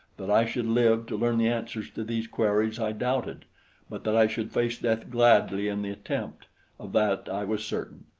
that i should live to learn the answers to these queries i doubted but that i should face death gladly in the attempt of that i was certain.